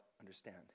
understand